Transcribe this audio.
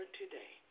today